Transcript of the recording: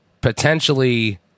potentially